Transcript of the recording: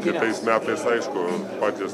kitais metais aišku patys